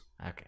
okay